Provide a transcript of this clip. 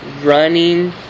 running